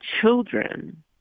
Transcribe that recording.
children